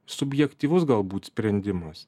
subjektyvus galbūt sprendimas